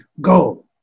go